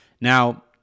Now